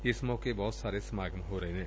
ਏਸ ਮੌਕੇ ਬਹੁਤ ਸਾਰੇ ਸਮਾਗਮ ਹੋ ਰਹੇ ਨੇ